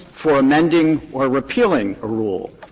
for amending, or repealing a rule.